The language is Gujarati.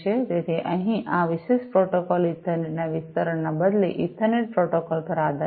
તેથી અહીં આ વિશિષ્ટ પ્રોટોકોલ ઇથરનેટના વિસ્તરણ ના બદલે ઇથરનેટ પ્રોટોકોલ પર આધારિત છે